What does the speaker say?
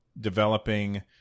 developing